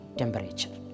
temperature